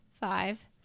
five